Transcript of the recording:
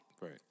Right